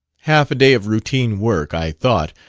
half a day of routine work, i thought.